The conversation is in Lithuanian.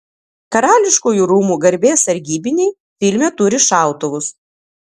karališkųjų rūmų garbės sargybiniai filme turi šautuvus